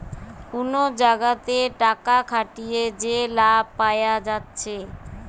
কুনো জাগাতে টাকা খাটিয়ে যে লাভ পায়া যাচ্ছে